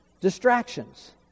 Distractions